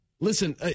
listen